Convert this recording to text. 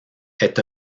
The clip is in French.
est